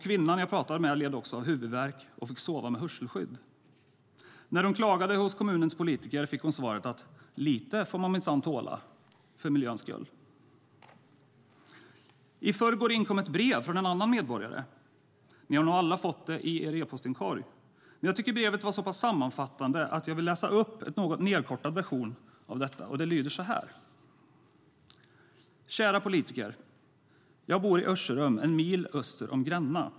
Kvinnan jag pratade med led också av huvudvärk och fick sova med hörselskydd. När hon klagade hos kommunens politiker fick hon svaret: Lite får man minsann tåla för miljöns skull. I förrgår inkom ett brev från en annan medborgare. Ni har nog alla fått det i er e-postinkorg, men jag tyckte att brevet var så sammanfattande att jag vill läsa upp en något nedkortad version av det. Det lyder som följer: Kära politiker! Jag bor i Örserum en mil öster om Gränna.